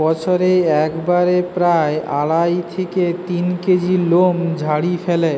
বছরে একবারে প্রায় আড়াই থেকে তিন কেজি লোম ঝাড়ি ফ্যালে